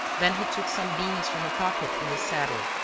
then he took some beans from a pocket in the saddle,